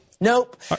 Nope